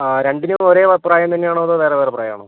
ആ രണ്ടിനും ഒരേ പ്രായം തന്നെയാണോ അതോ വേറെ വേറെ പ്രായമാണോ